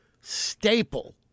staple